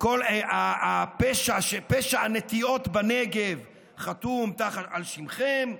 פשע הנטיעות בנגב חתום על שמכם,